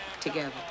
together